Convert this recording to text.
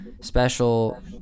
special